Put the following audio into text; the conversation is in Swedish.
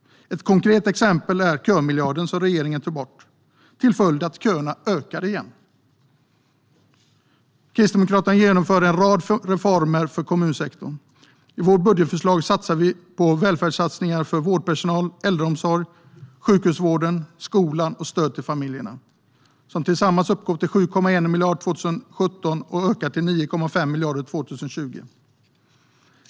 Ett konkret exempel är kömiljarden. Den tog regeringen bort, vilket fått till följd att köerna ökar igen. Kristdemokraterna genomför en rad reformer för kommunsektorn. I vårt budgetförslag har vi välfärdssatsningar för vårdpersonal, äldreomsorg, sjukhusvård, skola och stöd till familjer. Tillsammans uppgår de till 7,1 miljarder 2017 och ökar till 9,5 miljarder 2020.